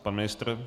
Pan ministr?